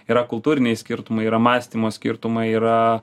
yra kultūriniai skirtumai yra mąstymo skirtumai yra